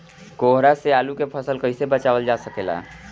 कोहरा से आलू के फसल कईसे बचावल जा सकेला?